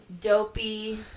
Dopey